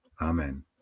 Amen